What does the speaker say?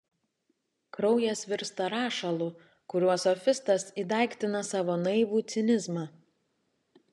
kraujas virsta rašalu kuriuo sofistas įdaiktina savo naivų cinizmą